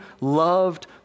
loved